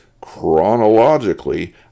chronologically